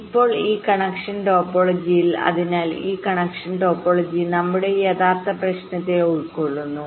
ഇപ്പോൾ ഈ കണക്ഷൻ ടോപ്പോളജിയിൽ അതിനാൽ ഈ കണക്ഷൻ ടോപ്പോളജി നമ്മുടെ യഥാർത്ഥ പ്രശ്നത്തെ ഉൾക്കൊള്ളുന്നു